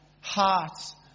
hearts